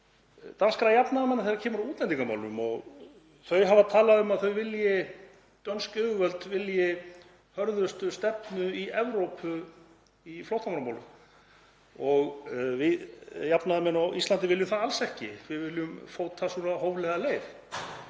danskra jafnaðarmanna þegar kemur að útlendingamálum. Þau hafa talað um að dönsk yfirvöld vilji hörðustu stefnu í Evrópu í flóttamannamálum. Við jafnaðarmenn á Íslandi viljum það alls ekki, við viljum feta hóflega leið.